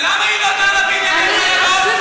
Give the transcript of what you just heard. ולמה היא, אני דורשת